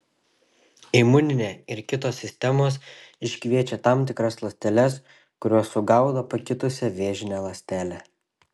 imuninė ir kitos sistemos iškviečia tam tikras ląsteles kurios sugaudo pakitusią vėžinę ląstelę